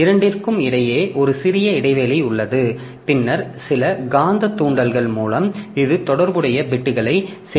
இரண்டிற்கும் இடையே ஒரு சிறிய இடைவெளி உள்ளது பின்னர் சில காந்த தூண்டல் மூலம் இது தொடர்புடைய பிட்களை சேமிக்கிறது